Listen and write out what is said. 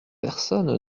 personne